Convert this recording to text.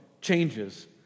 changes